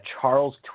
Charles